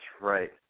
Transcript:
right